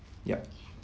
yup